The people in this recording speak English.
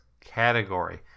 category